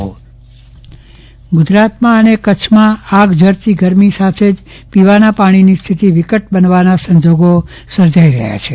ચંદ્રવદન પદ્ટણી પાણીની તંગી ગુજરાત અને કચ્છમાં આગ ઝરતી ગરમી સાથે જ પીવાના પાણીની સ્થિતિ વિકટ બનવાના સંજોગો સર્જાઈ રહ્યા છે